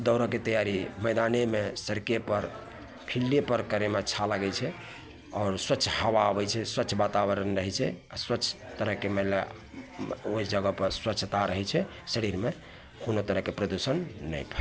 दौड़ैके तैआरी मैदानेमे सड़केपर फिल्डेपर करैमे अच्छा लागै छै आओर स्वच्छ हवा आबै छै स्वच्छ वातावरण रहै छै आओर स्वच्छ तरहके मानि ले ओहि जगहपर स्वच्छता रहै छै शरीरमे कोनो तरहके प्रदूषण नहि फै